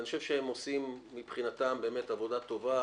אני חושב שהם עושים מבחינתם עבודה טובה,